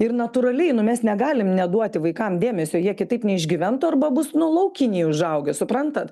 ir natūraliai nu mes negalim neduoti vaikam dėmesio jie kitaip neišgyventų arba bus nu laukiniai užaugę suprantat